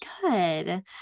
Good